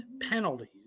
penalties